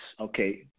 Okay